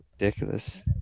ridiculous